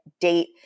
date